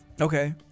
Okay